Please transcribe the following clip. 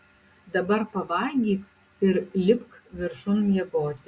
dabar pavalgyk ir lipk viršun miegoti